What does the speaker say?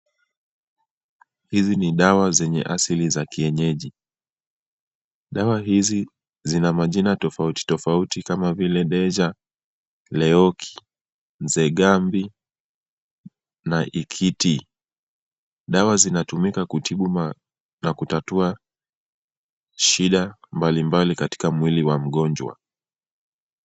Hizi ni dawa zenye asili za kienyeji. Dawa hizi zina majina tofauti tofauti kama vile Deja, Leoki, Nzegambi, na Ikiti. Dawa zinatumika kutibu ma na kutatua shida mbalimbali katika mwili wa mgonjwa.